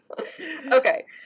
Okay